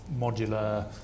modular